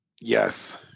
Yes